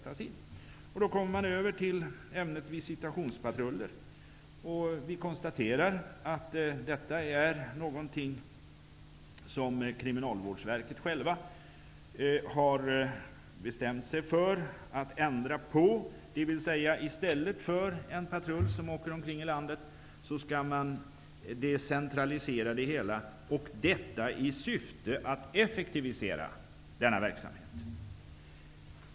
Jag kommer då över till ämnet visitationspatruller. Vi konstaterar att detta är något som Kriminalvårdsverket självt har bestämt sig för att ändra på, dvs. i stället för en patrull som åker omkring i landet, skall man decentralisera det hela, och detta i syfte att effektivisera denna verksamhet.